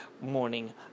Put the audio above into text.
Morning